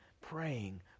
praying